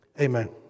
Amen